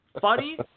funny